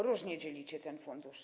Różnie dzielicie ten fundusz.